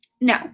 No